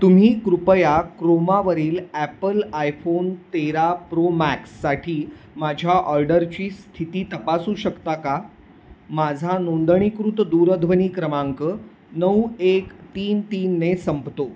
तुम्ही कृपया क्रोमावरील ॲपल आयफोन तेरा प्रो मॅक्ससाठी माझ्या ऑर्डरची स्थिती तपासू शकता का माझा नोंदणीकृत दूरध्वनी क्रमांक नऊ एक तीन तीनने संपतो